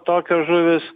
tokios žuvys